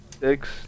six